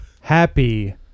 Happy